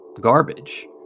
garbage